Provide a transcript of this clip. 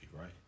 right